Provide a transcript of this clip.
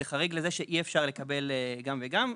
זה חריג לזה שאי אפשר לקבל גם וגם,